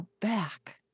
back